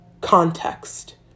context